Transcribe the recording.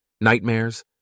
nightmares